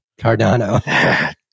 cardano